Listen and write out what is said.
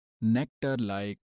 nectar-like